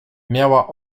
miała